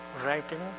writing